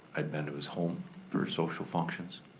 i'd been to his home for social functions.